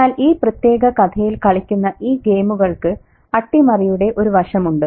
എന്നാൽ ഈ പ്രത്യേക കഥയിൽ കളിക്കുന്ന ഈ ഗെയിമുകൾക്ക് അട്ടിമറിയുടെ ഒരു വശമുണ്ട്